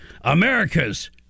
America's